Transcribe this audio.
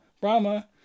Brahma